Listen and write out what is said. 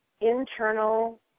internal